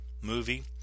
movie